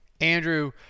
Andrew